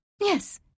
Yes